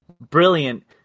brilliant